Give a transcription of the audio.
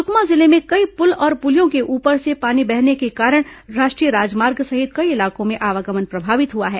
सुकमा जिले में कई पुल और पुलियों के ऊपर से पानी बहने के कारण राष्ट्रीय राजमार्ग सहित कई इलाकों में आवागमन प्रभावित हुआ है